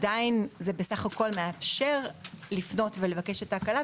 עדיין זה בסך הכול מאפשר לפנות ולבקש את ההקלה,